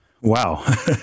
Wow